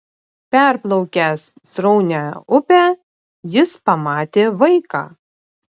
perplaukęs sraunią upę jis pamatė vaiką